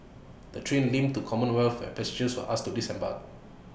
the train limped to commonwealth where passengers were asked to disembark